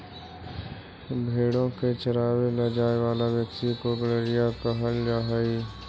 भेंड़ों को चरावे ले जाए वाला व्यक्ति को गड़ेरिया कहल जा हई